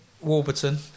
Warburton